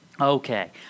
Okay